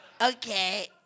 Okay